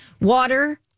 water